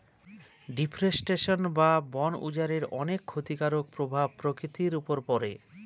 deforestation বা বন উজাড়ের অনেক ক্ষতিকারক প্রভাব প্রকৃতির উপর পড়ে